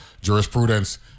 jurisprudence